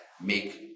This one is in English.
make